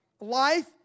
Life